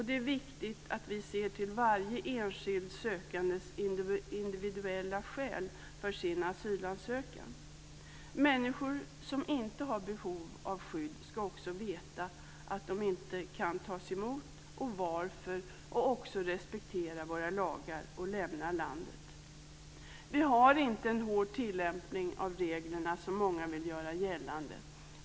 Det är viktigt att vi ser till varje sökandes individuella skäl för sin asylansökan. Människor som inte har behov av skydd ska också veta att de inte kan tas emot och varför. De ska också respektera våra lagar och lämna landet. Vi har inte en hård tillämpning av reglerna som många vill göra gällande.